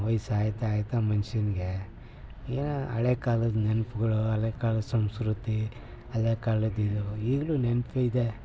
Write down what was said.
ವಯ್ಸು ಆಗ್ತಾ ಆಗ್ತಾ ಮನುಷ್ಯನ್ಗೆ ಏನೋ ಹಳೆ ಕಾಲದ ನೆನಪ್ಗಳು ಹಳೆ ಕಾಲದ ಸಂಸ್ಕೃತಿ ಹಳೆ ಕಾಲದ ಇದು ಈಗ್ಲೂ ನೆನಪಿದೆ